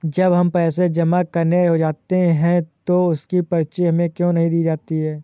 जब हम पैसे जमा करने जाते हैं तो उसकी पर्ची हमें क्यो नहीं दी जाती है?